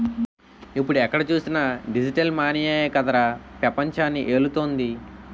ఇప్పుడు ఎక్కడ చూసినా డిజిటల్ మనీయే కదరా పెపంచాన్ని ఏలుతోంది